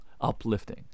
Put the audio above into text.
uplifting